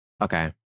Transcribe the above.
Okay